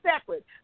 separate